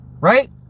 right